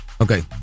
okay